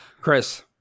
Chris